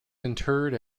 interred